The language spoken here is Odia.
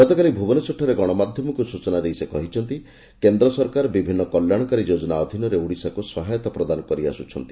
ଗତକାଲି ଭୁବନେଶ୍ୱର ଠାରେ ଗଶମାଧ୍ଧମକୁ ସୂଚନା ଦେଇ ସେ କହିଛନ୍ତି କେନ୍ଦ୍ର ସରକାର ବିଭିନ୍ନ କଲ୍ୟାଶକାରୀ ଯୋଜନା ଅଧୀନରେ ଓଡ଼ିଶାକୁ ସହାୟତା ପ୍ରଦାନ କରିଆସୁଛନ୍ତି